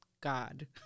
God